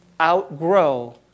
outgrow